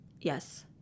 Yes